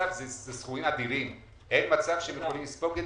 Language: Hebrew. אלה סכומים אדירים ואין מצב שהרשויות האלה יכולות לספוג אותם.